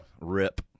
Rip